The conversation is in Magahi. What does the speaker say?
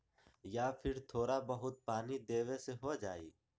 या फिर थोड़ा बहुत पानी देबे से हो जाइ?